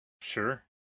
Sure